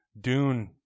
Dune